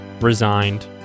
Resigned